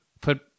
put